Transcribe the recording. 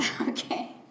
Okay